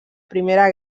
primera